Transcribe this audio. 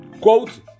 Quote